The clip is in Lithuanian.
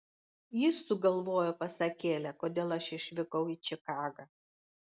jis sugalvojo pasakėlę kodėl aš išvykau į čikagą